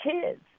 kids